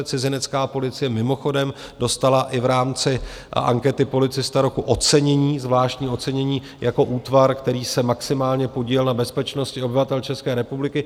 Cizinecká policie mimochodem dostala i v rámci ankety Policista roku ocenění zvláštní ocenění jako útvar, který se maximálně podílel na bezpečnosti obyvatel České republiky.